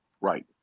Right